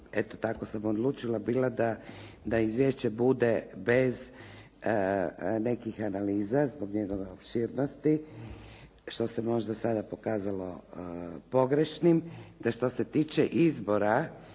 tako sam odlučila bila da izvješće bude bez nekih analiza zbog njegove opširnosti, što se možda sada pokazalo pogrešnim. Da što se tiče izbora